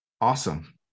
Awesome